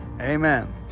Amen